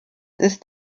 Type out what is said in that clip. ist